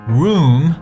room